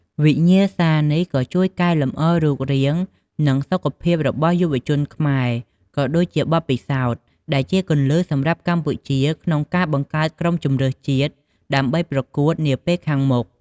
វិញ្ញាសានេះក៏ជួយកែលម្អរូបរាង និងសុខភាពរបស់យុវជនខ្មែរ ក៏ដូចជាបទពិសោធន៍ ដែលជាគន្លឹះសម្រាប់កម្ពុជាក្នុងការបង្កើតក្រុមជម្រើសជាតិ ដើម្បីប្រកួតនាពេលខាងមុខ។